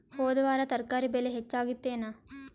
ಹೊದ ವಾರ ತರಕಾರಿ ಬೆಲೆ ಹೆಚ್ಚಾಗಿತ್ತೇನ?